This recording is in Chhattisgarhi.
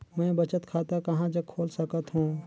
मैं बचत खाता कहां जग खोल सकत हों?